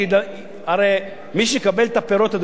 הרי מי שיקבל את הפירות מזה,